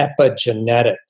epigenetics